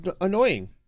annoying